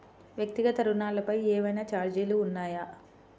వ్యక్తిగత ఋణాలపై ఏవైనా ఛార్జీలు ఉన్నాయా?